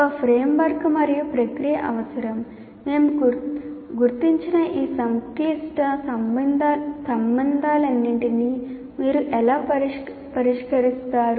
ఒక ఫ్రేమ్వర్క్ మరియు ప్రక్రియ అవసరం మేము గుర్తించిన ఈ సంక్లిష్ట సంబంధాలన్నింటినీ మీరు ఎలా పరిష్కరిస్తారు